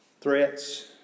threats